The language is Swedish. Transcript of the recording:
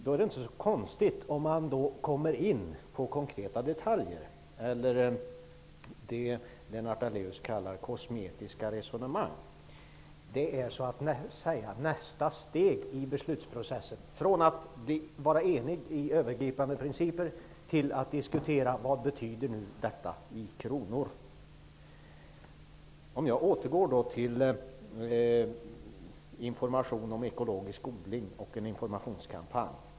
Då är det inte så konstigt om man kommer in på konkreta detaljer, det som Lennart Daléus kallar för kosmetiska resonemang. Det är så att säga nästa steg i beslutsprocessen -- från att vara enig om övergripande principer övergår man till att diskutera vad detta betyder i kronor räknat. Jag vill återkomma till frågan om information om ekologisk odling och en informationskampanj.